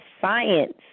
science